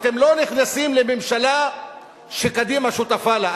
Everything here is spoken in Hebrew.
אתם לא נכנסים לממשלה שקדימה שותפה לה,